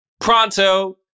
pronto